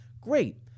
Great